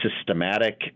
systematic